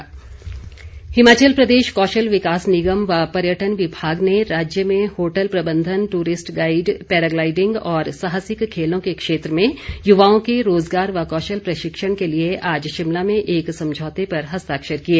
MOU Himachal Pradesh कौशल विकास निगम व पर्यटन विभाग ने राज्य में होटल प्रबंधन ट्रिस्ट गाईड पैराग्लाईडिंग और साहसिक खेलों के क्षेत्र में युवाओं के रोजगार व कौशल प्रशिक्षण के लिए आज शिमला में एक समझौते पर हस्ताक्षर किए